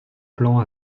plan